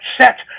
set